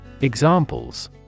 Examples